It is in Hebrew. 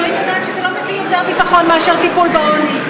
ואלוהים יודעת שזה לא מביא יותר ביטחון מאשר טיפול בעוני.